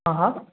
અહં